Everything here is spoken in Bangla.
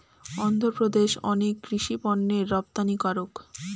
অন্ধ্রপ্রদেশ অনেক কৃষি পণ্যের রপ্তানিকারক